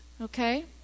okay